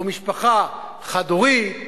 או משפחה חד-הורית,